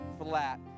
flat